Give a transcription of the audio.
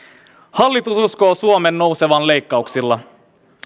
hallitus uskoo suomen nousevan leikkauksilla